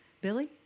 Billy